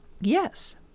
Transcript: Yes